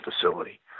facility